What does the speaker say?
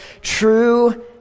true